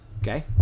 Okay